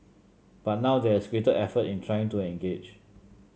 but now there is greater effort in trying to engage